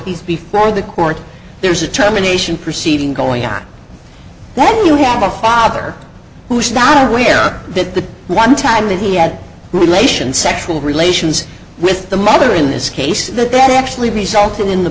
he's before the court there's a terminations perceiving going on that you have a father who is not aware that the one time that he had relations sexual relations with the mother in this case that they actually resulted in the